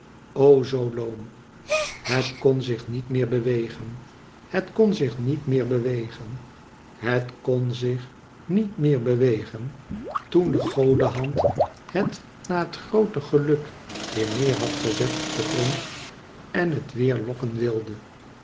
o zoo loom het kon zich niet meer bewegen het kon zich niet meer bewegen het kon zich niet meer bewegen toen de godehand het na het groote geluk weer neer had gezet op den grond en het weer lokken wilde